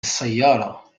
السيارة